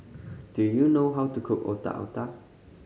do you know how to cook Otak Otak